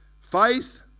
Faith